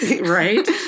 Right